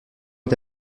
est